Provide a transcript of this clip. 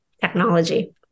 technology